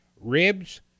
ribs